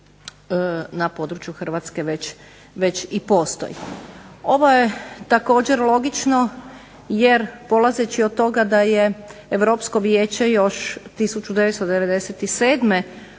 na području Hrvatske već i postoji. Ovo je također logično jer polazeći od toga da je Europsko vijeće još 1997.